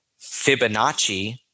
Fibonacci